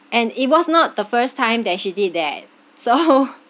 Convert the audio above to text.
and it was not the first time that she did that so